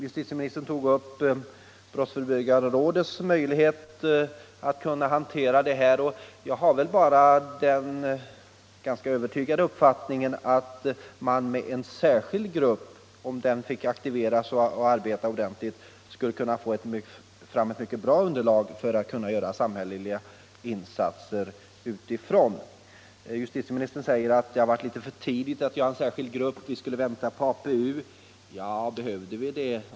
Justitieministern tog upp brottsförebyggande rådets möjlighet att syssla med alkoholproblemet. Jag har den ganska bestämda uppfattningen att om en särskild grupp aktiverades och fick arbeta ordentligt skulle den kunna få fram ett mycket bra underlag för samhälleliga insatser. Justitieministern säger att det varit för tidigt att tillsätta en särskild grupp, man skulle vänta på APU. Behöver man göra det?